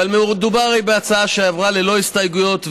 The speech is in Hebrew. אבל מדובר בהצעה שעברה ללא הסתייגויות,